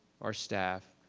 our staff,